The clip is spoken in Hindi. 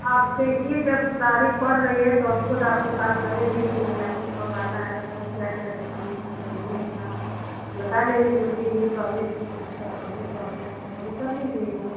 आप देखिए जब तारीख पड़ रही है तब आपको खुद काल करेंगे कि नहीं आपको कब आना है उसमें क्या क्या डॉक्यूमेंट चाहिए अपना बता देंगे दो तीन दिन पहले एक हफ्ता पहले तो अपना तैयारी कर लीजिएगा